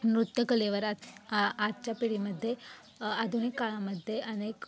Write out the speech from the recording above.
नृत्यकलेवर आज आ आजच्या पिढीमध्ये आधुनिक काळामध्ये अनेक